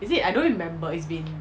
is it I don't remember it's been